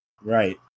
right